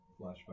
Flashback